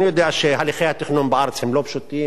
אני יודע שהליכי התכנון בארץ לא פשוטים.